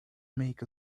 make